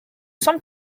semble